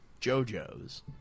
JoJo's